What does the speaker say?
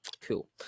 cool